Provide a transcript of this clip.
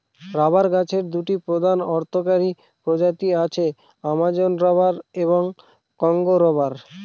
rubber গাছের দুটি প্রধান অর্থকরী প্রজাতি আছে, অ্যামাজন রবার এবং কংগো রবার